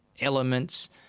elements